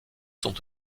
sont